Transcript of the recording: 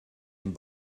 and